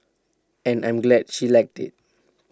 and I'm glad she liked IT